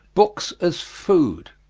books as food.